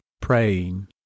praying